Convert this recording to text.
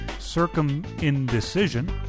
Circumindecision